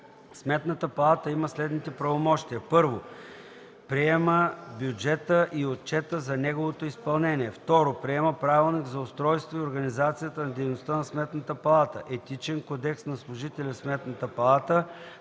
Сметната палата има следните правомощия: 1. приема бюджета и отчета за неговото изпълнение; 2. приема правилник за устройството и организацията на дейността на Сметната палата, Етичен кодекс на служители в Сметната палата,